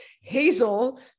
hazel